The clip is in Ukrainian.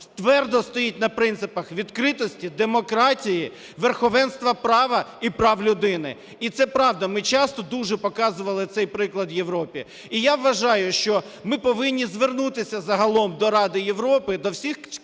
твердо стоїть на принципах відкритості, демократії, верховенства права і прав людини. І це правда, ми часто дуже показували цей приклад Європі. І я вважаю, що ми повинні звернутися загалом до Ради Європи, до всіх